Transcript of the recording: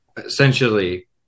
Essentially